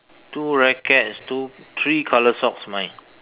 two rackets two three colour socks mine